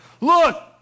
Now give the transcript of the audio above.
Look